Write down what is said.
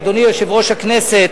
אדוני יושב-ראש הכנסת,